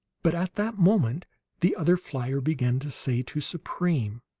but at that moment the other flier began to say to supreme